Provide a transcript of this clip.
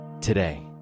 today